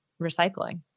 recycling